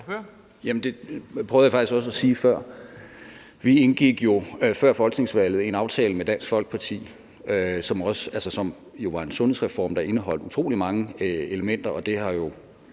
Det prøvede jeg faktisk også at sige før. Vi indgik jo før folketingsvalget en aftale med Dansk Folkeparti, som var en sundhedsreform, der indeholdt utrolig mange elementer. Og det har jo